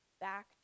back